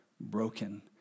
broken